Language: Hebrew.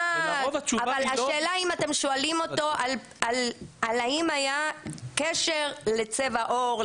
אבל השאלה היא אם אתם שואלים אותו אם היה קשר לצבע העור,